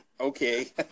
Okay